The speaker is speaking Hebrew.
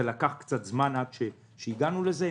זה לקח קצת זמן עד שהגענו לזה,